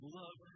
love